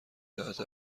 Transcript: تحت